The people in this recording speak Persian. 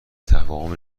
تفاهم